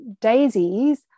daisies